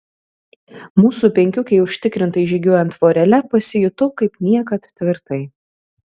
mūsų penkiukei užtikrintai žygiuojant vorele pasijutau kaip niekad tvirtai